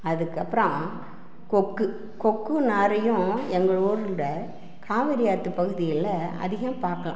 அதுக்கு அப்புறம் கொக்கு கொக்கு நாரையும் எங்களோட காவேரி ஆற்று பகுதியில் அதிகம் பார்க்கலாம்